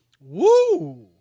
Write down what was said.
Woo